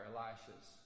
Elishas